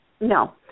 No